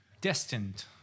destined